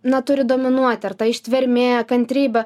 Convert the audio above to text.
na turi dominuoti ar ta ištvermė kantrybė